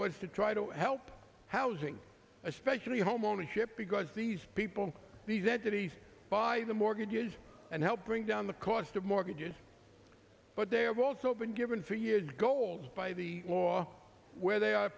was to try to help housing especially homeownership because these people these entities buy the mortgages and help bring down the cost of mortgages but they have also been given for years goals by the law where they are